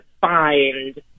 find